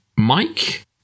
Mike